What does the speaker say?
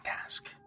task